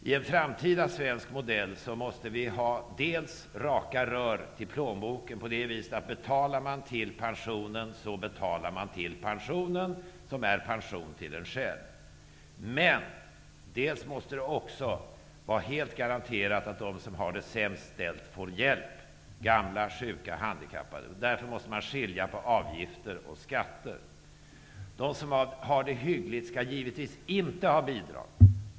I en framtida svensk modell måste vi ha raka rör till plånboken, på det viset att om man betalar till pensionen så betalar man just till pensionen, som är en pension till en själv. Men det måste också vara garanterat att de som har det sämst ställt får hjälp -- gamla, sjuka, handikappade. Därför måste vi skilja på avgifter och skatter. De som har det hyggligt skall givetvis inte ha bidrag.